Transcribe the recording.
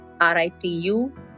R-I-T-U